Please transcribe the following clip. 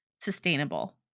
sustainable